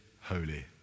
holy